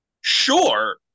sure